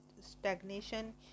stagnation